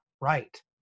right